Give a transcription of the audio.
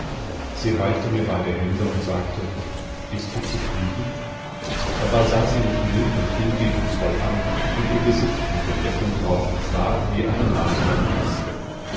sie reichte mir beide hände und sagte bist du zufrieden dabei sah sie mich mild und hingebungsvoll an und ihr gesicht mit dem lächeln drauf war wie eine marmorne maske